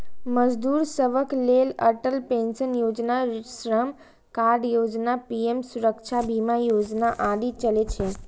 मजदूर सभक लेल अटल पेंशन योजना, श्रम कार्ड योजना, पीएम सुरक्षा बीमा योजना आदि चलै छै